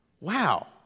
Wow